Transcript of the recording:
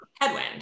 headwind